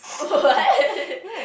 what